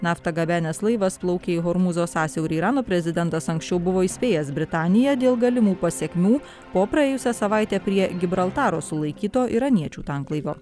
naftą gabenęs laivas plaukė į hormūzo sąsiaurį irano prezidentas anksčiau buvo įspėjęs britaniją dėl galimų pasekmių po praėjusią savaitę prie gibraltaro sulaikyto iraniečių tanklaivio